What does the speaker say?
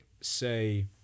say